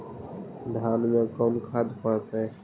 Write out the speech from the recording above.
धान मे कोन खाद पड़तै?